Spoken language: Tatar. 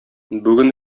бүген